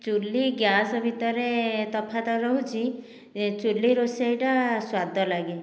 ଚୁଲି ଗ୍ୟାସ ଭିତରେ ତଫାତ ରହୁଛି ଚୁଲି ରୋଷେଇଟା ସ୍ଵାଦ ଲାଗେ